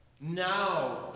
Now